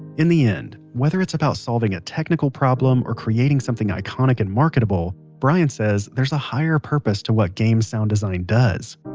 in the end, whether it's about solving a technical problem or creating something iconic and marketable, brian says there's a higher purpose to what game sound design does